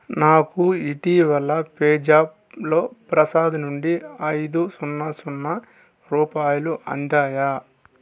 నాకు ఇటీవల పేజాప్లో ప్రసాద్ నుండి ఐదు సున్నా సున్నా రూపాయలు అందాయా